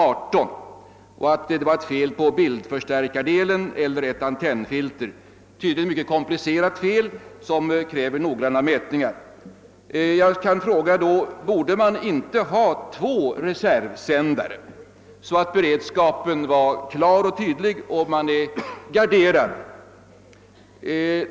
18 och att orsaken var ett fel på ett antennfilter — tydligen ett myc ket komplicerat fel som krävde noggranna mätningar. Jag frågar då: Borde man inte ha två reservsändare, så att man vore helt garderad?